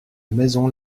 maison